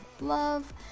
love